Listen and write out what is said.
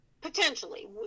potentially